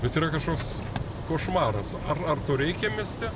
bet yra kažkoks košmaras ar ar to reikia mieste